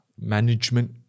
Management